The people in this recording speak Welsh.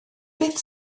beth